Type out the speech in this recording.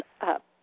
up